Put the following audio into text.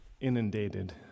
Inundated